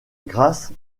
grâce